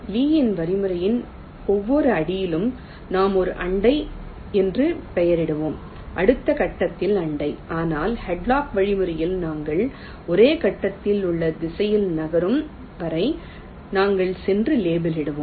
லீயின் வழிமுறையில் ஒவ்வொரு அடியிலும் நாம் ஒரு அண்டை என்று பெயரிடுகிறோம் அடுத்த கட்டத்தில் அண்டை ஆனால் ஹாட்லாக் வழிமுறையில் நாங்கள் ஒரே கட்டத்தில் ஒரே திசையில் நகரும் வரை நாங்கள் சென்று லேபிளிடுவோம்